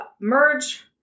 merge